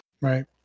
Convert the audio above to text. Right